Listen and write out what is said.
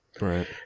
right